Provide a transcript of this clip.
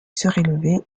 surélevé